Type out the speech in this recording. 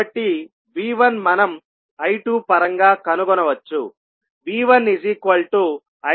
కాబట్టి V1 మనం I2 పరంగా కనుగొనవచ్చు